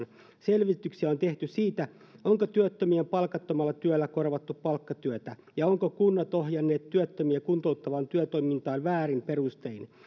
selvityksiä on tehty siitä onko työttömien palkattomalla työllä korvattu palkkatyötä ja ovatko kunnat ohjanneet työttömiä kuntouttavaan työtoimintaan väärin perustein